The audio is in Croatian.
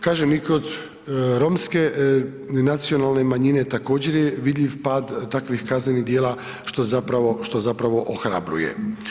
Kažem i kod romske nacionalne manjine također je vidljiv pad takvih kaznenih djela što zapravo ohrabruje.